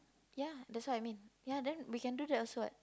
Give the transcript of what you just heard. yea that's what I mean yea then we can do that also [what]